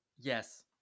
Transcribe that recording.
Yes